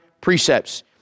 precepts